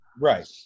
Right